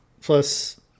Plus